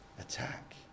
attack